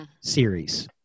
series